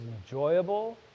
enjoyable